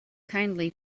kindly